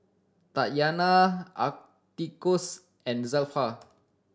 Tatyanna Atticus and Zelpha